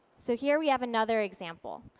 so here, we have another example.